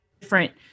different